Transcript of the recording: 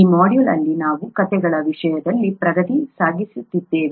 ಈ ಮಾಡ್ಯೂಲ್ ಅಲ್ಲಿ ನಾವು ಕಥೆಗಳ ವಿಷಯದಲ್ಲಿ ಪ್ರಗತಿ ಸಾಧಿಸುತ್ತಿದ್ದೇವೆ